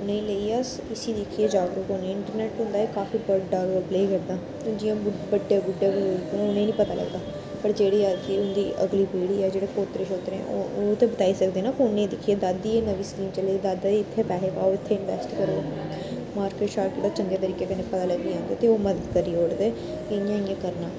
उ'नेंगी लेइयै इसी दिक्खियै जागरुक होना इंटरनेट हुंदा ऐ काफी बड्डा रोल प्ले करदा हून जियां बड्डे बुड्ढे बजुर्ग न उनेंगी नी पता लगदा पर जेह्ड़ी अज्ज दी उंदी अगली पीढ़ी ऐ जेह्ड़े पोह्त्तरे शोह्त्तरे न ओह् ओह् ते बताई सकदे न फोने थ्रऊ कि दादी एह् मनी स्कीम चली दी दादा जी इत्थें पैहे पाओ इनवेस्ट करो मार्कट शार्कट चंगे तरीकें कन्नै पता ते ओह् मदद करी ओड़दे इ'यां इ'यां करना